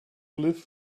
live